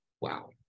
Wow